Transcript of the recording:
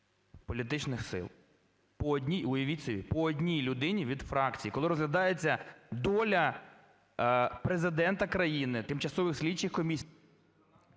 політичних сил. По одній… Уявіть собі, по одній людині від фракції. Коли розглядається доля Президента країни, тимчасових слідчих комісій…